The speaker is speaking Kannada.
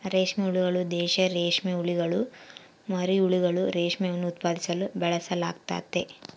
ರೇಷ್ಮೆ ಹುಳುಗಳು, ದೇಶೀಯ ರೇಷ್ಮೆಹುಳುಗುಳ ಮರಿಹುಳುಗಳು, ರೇಷ್ಮೆಯನ್ನು ಉತ್ಪಾದಿಸಲು ಬಳಸಲಾಗ್ತತೆ